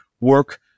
work